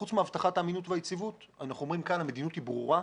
חוץ מהבטחת האמינות והיציבות אנחנו אומרים כאן שהמדיניות היא ברורה.